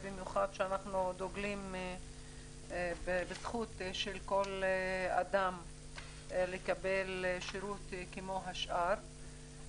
במיוחד שאנחנו דוגלים בזכות של כל אדם לקבל שירות כמו השאר.